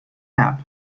app